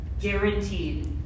Guaranteed